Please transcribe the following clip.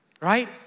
right